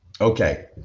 Okay